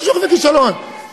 שזה קורה לילדים האתיופים.